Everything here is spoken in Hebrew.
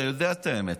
אתה יודע את האמת,